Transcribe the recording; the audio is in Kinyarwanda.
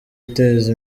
iteza